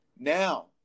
Now